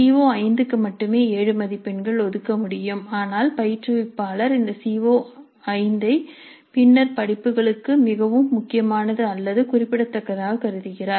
C O five க்கு மட்டுமே 7 மதிப்பெண்களை ஒதுக்க முடியும் ஆனால் பயிற்றுவிப்பாளர் இந்த சி ஓ5 ஐ பின்னர் படிப்புகளுக்கு மிகவும் முக்கியமானது அல்லது குறிப்பிடத்தக்கதாக கருதுகிறார்